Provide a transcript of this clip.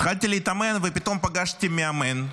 התחלתי להתאמן ופתאום פגשתי מאמן,